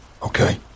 Okay